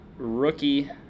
Rookie